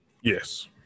Yes